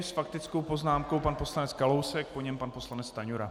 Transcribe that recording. S faktickou poznámkou pan poslanec Kalousek, po něm pan poslanec Stanjura.